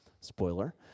Spoiler